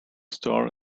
star